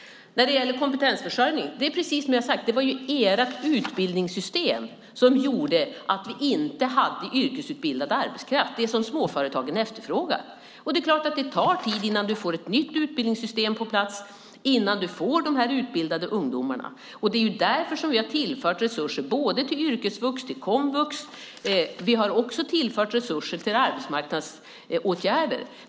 När det gäller kompetensförsörjning är det precis som jag har sagt. Det var ert utbildningssystem som gjorde att vi inte hade yrkesutbildad arbetskraft - det som småföretagen efterfrågar. Det är klart att det tar tid innan man får ett nytt utbildningssystem på plats och innan man får dessa utbildade ungdomar. Det är därför som vi har tillfört resurser både till yrkesvux och till komvux. Vi har också tillfört resurser till arbetsmarknadsåtgärder.